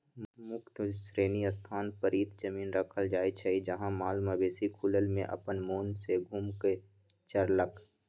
मुक्त श्रेणी स्थान परती जमिन रखल जाइ छइ जहा माल मवेशि खुलल में अप्पन मोन से घुम कऽ चरलक